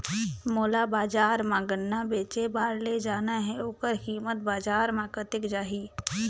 मोला बजार मां गन्ना बेचे बार ले जाना हे ओकर कीमत बजार मां कतेक जाही?